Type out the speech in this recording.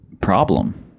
problem